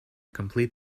complete